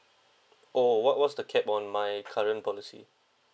oh what what was the cap on my current policy